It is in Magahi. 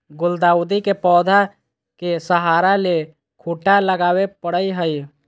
गुलदाऊदी के पौधा के सहारा ले खूंटा लगावे परई हई